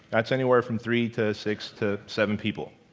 that's anywhere from three to six to seven people.